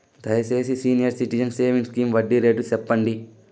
దయచేసి senior citizens savings scheme వడ్డీ rate సెప్పండి